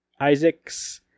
Isaacs